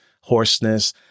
hoarseness